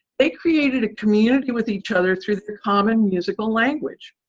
they created a community with each other through a common musical language.